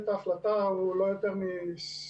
את ההחלטה הוא לא יותר משבועיים-שלושה,